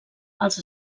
els